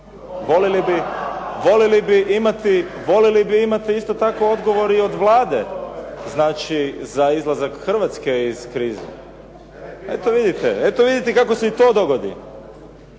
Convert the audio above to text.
Voljeli bi imati isto tako odgovor i od Vlade za izlazak Hrvatske iz krize. Eto vidite kako se i to dogodi.